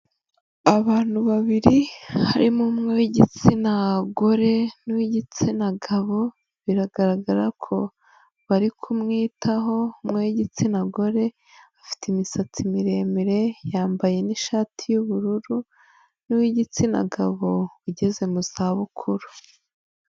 Abantu babiri, harimo umwe w'igitsina gore n'uw'igitsina gabo biragaragara ko bari kumwitaho umwew'igitsina gore afite imisatsi miremire yambaye n'ishati y'ubururu n'uw'igitsina gabo ugeze mu za bukuru.